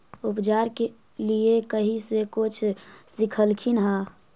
उपचार के लीये कहीं से कुछ सिखलखिन हा?